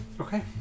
Okay